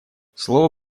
слово